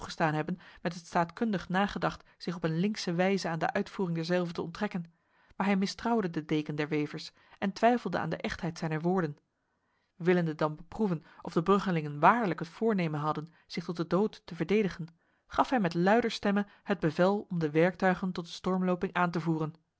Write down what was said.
toegestaan hebben met het staatkundig nagedacht zich op een linkse wijze aan de uitvoering derzelve te onttrekken maar hij mistrouwde de deken der wevers en twijfelde aan de echtheid zijner woorden willende dan beproeven of de bruggelingen waarlijk het voornemen hadden zich tot de dood te verdedigen gaf hij met luider stemme het bevel om de werktuigen tot de stormloping aan te voeren